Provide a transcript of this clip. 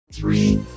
Three